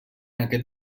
aquest